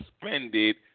suspended